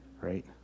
right